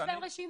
מכיוון